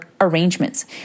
arrangements